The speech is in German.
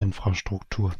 infrastruktur